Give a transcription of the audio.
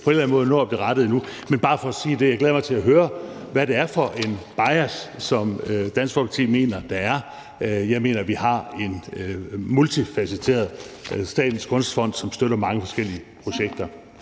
på en eller anden måde nå at blive rettet endnu. Men jeg glæder mig til at høre, hvad det er for en bias, som Dansk Folkeparti mener der er. Jeg mener, at vi har en Statens Kunstfond, som er multifacetteret, og som støtter mange forskellige projekter.